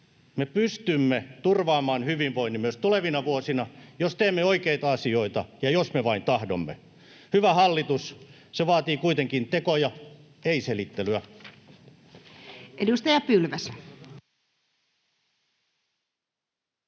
Me pystymme turvaamaan hyvinvoinnin myös tulevina vuosina, jos teemme oikeita asioita ja jos me vain tahdomme. Hyvä hallitus, se vaatii kuitenkin tekoja, ei selittelyä.